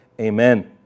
amen